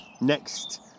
next